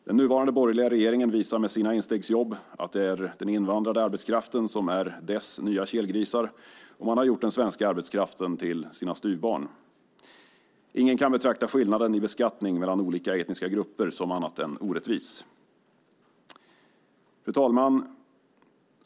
Den nuvarande borgerliga regeringen visar med sina instegsjobb att det är den invandrade arbetskraften som är dess nya kelgrisar, och man har gjort den svenska arbetskraften till sina styvbarn. Ingen kan betrakta skillnaden i beskattning mellan olika etniska grupper som annat än orättvis. Fru talman!